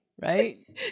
right